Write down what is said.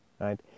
right